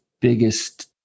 biggest